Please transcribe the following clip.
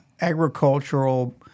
agricultural